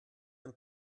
ein